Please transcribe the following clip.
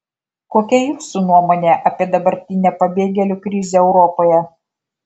kokia jūsų nuomonė apie dabartinę pabėgėlių krizę europoje